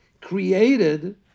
created